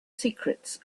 secrets